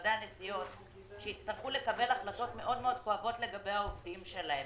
משרדי הנסיעות שיצטרכו לקבל החלטות מאוד כואבות לגבי העובדים שלהם.